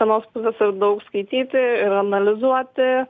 vienos pusės ir daug skaityti ir analizuoti